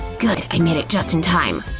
good, i made it just in time.